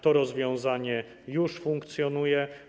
To rozwiązanie już funkcjonuje.